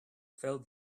felt